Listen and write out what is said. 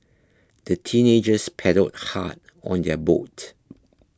the teenagers paddled hard on their boat